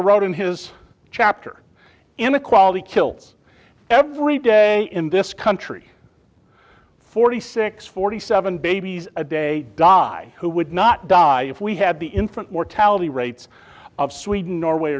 wrote in his chapter inequality kills every day in this country forty six forty seven babies a day die who would not die if we had the infant mortality rates of sweden norway